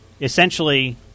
Essentially